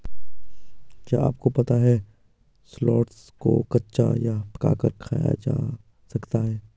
क्या आपको पता है शलोट्स को कच्चा या पकाकर खाया जा सकता है?